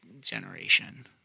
generation